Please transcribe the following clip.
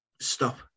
stop